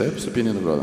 taip su pianinu grodamas